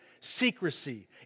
secrecy